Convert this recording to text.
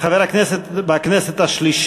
חבר הכנסת השלישית,